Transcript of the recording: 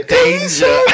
danger